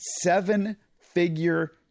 seven-figure